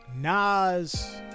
Nas